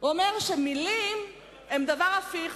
הוא אומר שמלים הן דבר הפיך.